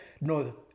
no